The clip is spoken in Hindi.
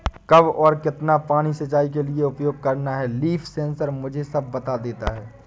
कब और कितना पानी सिंचाई के लिए उपयोग करना है लीफ सेंसर मुझे सब बता देता है